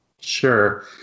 Sure